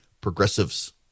progressives